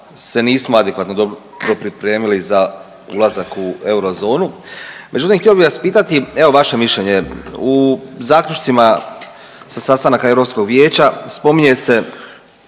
se nismo adekvatno dobro pripremili u ulazak u eurozonu. Međutim, htio bih vas pitati, evo vaše mišljenje u zaključcima sa sastanaka Europskog vijeća spominje se